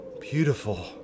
beautiful